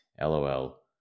LOL